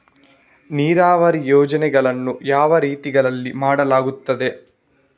ನೀರಾವರಿ ಯೋಜನೆಗಳನ್ನು ಯಾವ ರೀತಿಗಳಲ್ಲಿ ಮಾಡಲಾಗುತ್ತದೆ?